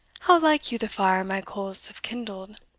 how like you the fire my coals have kindled?